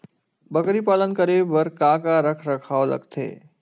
बकरी पालन करे बर काका रख रखाव लगथे?